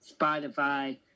Spotify